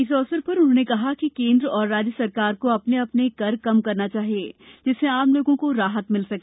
इस अवसर पर उन्होंने कहा कि केन्द्र और राज्य सरकार को अपने अपने कर कम करना चाहिये जिससे आम लोगों को राहत मिल सके